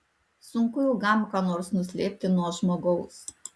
sunku ilgam ką nors nuslėpti nuo žmogaus